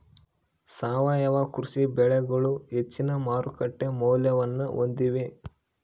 ಸಾವಯವ ಕೃಷಿ ಬೆಳೆಗಳು ಹೆಚ್ಚಿನ ಮಾರುಕಟ್ಟೆ ಮೌಲ್ಯವನ್ನ ಹೊಂದಿವೆ